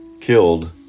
killed